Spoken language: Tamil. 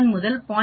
21 முதல் 0